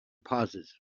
pauses